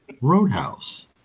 roadhouse